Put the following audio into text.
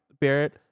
Barrett